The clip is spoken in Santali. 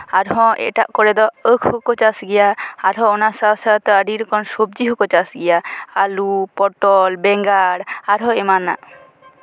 ᱟᱨᱦᱚᱸ ᱮᱴᱟᱜ ᱠᱚᱨᱮ ᱫᱚ ᱟᱸᱠᱷ ᱦᱚᱸᱠᱚ ᱪᱟᱥ ᱜᱮᱭᱟ ᱟᱨᱦᱚᱸ ᱚᱱᱟ ᱥᱟᱶ ᱥᱟᱶᱛᱮ ᱟᱹᱰᱤ ᱨᱚᱠᱚᱢ ᱥᱚᱵᱡᱤ ᱦᱚᱸᱠᱚ ᱪᱟᱥ ᱜᱮᱭᱟ ᱟᱹᱞᱩ ᱯᱚᱴᱚᱞ ᱵᱮᱸᱜᱟᱲ ᱟᱨᱦᱚᱸ ᱮᱢᱟᱱᱟᱜ